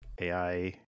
AI